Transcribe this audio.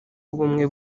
w’ubumwe